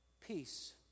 Peace